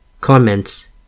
Comments